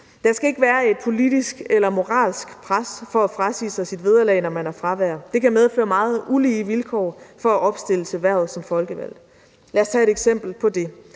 Der skal ikke være et politisk eller moralsk pres for at frasige sig sit vederlag, når man har fravær. Det kan medføre meget ulige vilkår for at opstille til hvervet som folkevalgt. Lad os tage et eksempel på det: